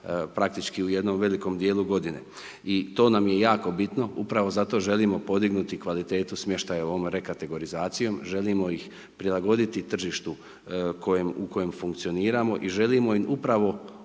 praktički u jednom velikom dijelu godine. I to nam je jako bitno, upravo zato želimo podignuti kvalitetu smještaja ovom rekategorizacijom, želimo ih prilagoditi tržištu kojem, u kojem funkcioniramo i želimo im upravo